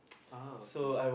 oh okay